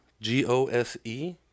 G-O-S-E